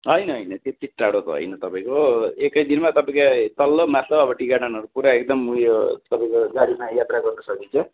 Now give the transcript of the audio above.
होइन होइन त्यत्ति टाडो त होइन तपाईँको एकैदिनमा तपाईँको तल्लो माथिल्लो अब टी गार्डनहरू पुरा एकदम उयो तपाईँको गाडीमा यात्रा गर्नु सकिन्छ